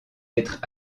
être